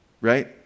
right